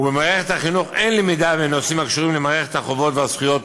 ובמערכת החינוך אין למידה בנושאים הקשורים למערכת החובות והזכויות